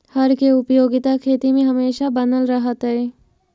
हर के उपयोगिता खेती में हमेशा बनल रहतइ